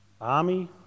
Army